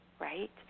right